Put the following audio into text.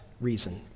reason